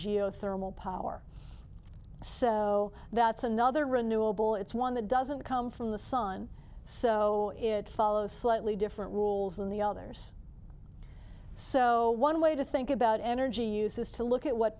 geothermal power so that's another renewable it's one that doesn't come from the sun so it follows slightly different rules than the others so one way to think about energy use is to look at what